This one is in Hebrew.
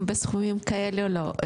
בסכומים כאלה לא,